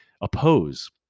oppose